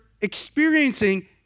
experiencing